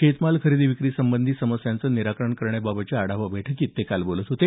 शेतमाल खरेदी विक्रीसंबंधी समस्यांचं निराकरण करण्याबाबतच्या आढावा बैठकीत ते काल बोलत होते